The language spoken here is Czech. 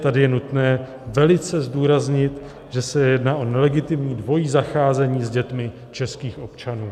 Tady je nutné velice zdůraznit, že se jedná o nelegitimní dvojí zacházení s dětmi českých občanů.